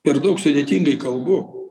per daug sudėtingai kalbu